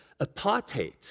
apartheid